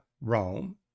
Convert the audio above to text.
Rome